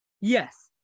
Yes